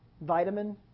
vitamin